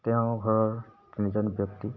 তেওঁৰ ঘৰৰ তিনিজন ব্যক্তি